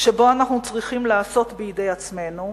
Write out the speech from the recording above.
שבו אנחנו צריכים לעשות בידי עצמנו,